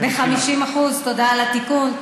ב-50%, תודה על התיקון.